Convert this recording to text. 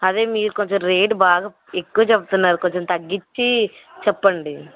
అదే మీరు కొంచెం రేటు బాగా ఎక్కువ చెప్తున్నారు కొంచెం తగ్గించి చెప్పండి